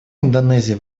индонезия